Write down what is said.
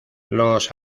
los